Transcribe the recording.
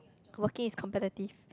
working is competitive